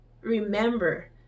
remember